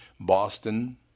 Boston